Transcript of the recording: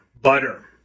butter